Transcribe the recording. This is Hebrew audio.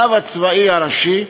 הרב הצבאי הראשי,